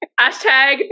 Hashtag